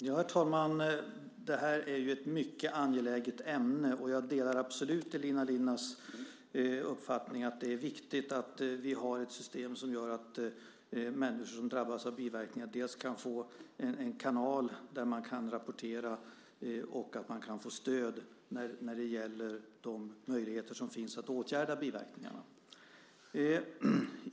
Herr talman! Det här är ett mycket angeläget ämne. Jag delar absolut Elina Linnas uppfattning att det är viktigt att vi har ett system som gör att människor som drabbas av biverkningar kan få en kanal där de kan rapportera och att de kan få stöd när det gäller de möjligheter som finns att åtgärda biverkningarna.